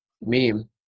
meme